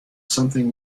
something